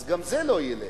אז גם זה לא ילך.